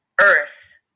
earth